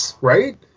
right